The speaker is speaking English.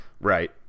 Right